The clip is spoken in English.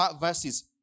verses